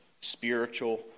spiritual